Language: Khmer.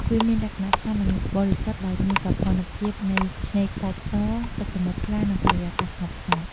វាមានលក្ខណៈស្អាត និងបរិសុទ្ធ ដោយមានសោភ័ណភាពនៃឆ្នេរខ្សាច់ស ទឹកសមុទ្រថ្លា និងបរិយាកាសស្ងប់ស្ងាត់។